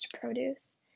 produce